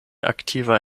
aktiva